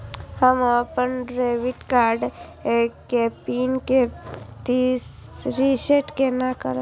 हम अपन debit card के पिन के रीसेट केना करब?